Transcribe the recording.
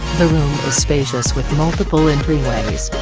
the room is spacious with multiple entryways.